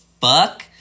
fuck